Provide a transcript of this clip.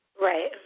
Right